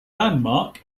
landmark